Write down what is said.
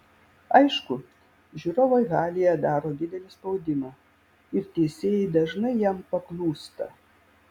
aišku žiūrovai halėje daro didelį spaudimą ir teisėjai dažnai jam paklūsta